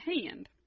hand